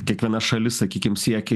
kiekviena šalis sakykim siekia